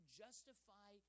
justify